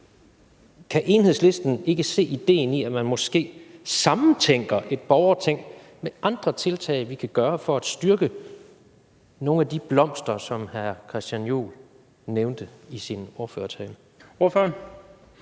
kan Enhedslisten ikke se ideen i, at man måske sammentænker et borgerting med andre tiltag, vi kan gøre for at styrke nogle af de blomster, som hr. Christian Juhl nævnte i sin ordførertale? Kl.